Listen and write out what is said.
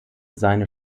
seine